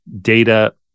data